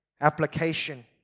application